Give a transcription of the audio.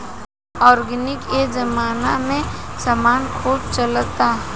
organic ए जबाना में समान खूब चलता